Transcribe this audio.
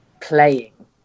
playing